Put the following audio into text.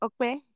okay